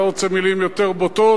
אני לא רוצה מלים יותר בוטות,